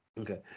Okay